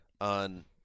on